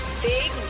Big